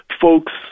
folks